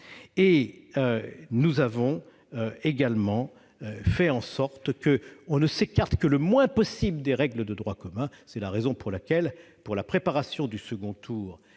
Nous avons également fait en sorte que l'on s'écarte le moins possible des règles de droit commun. C'est pourquoi, pour la préparation du second tour